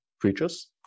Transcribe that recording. creatures